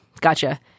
gotcha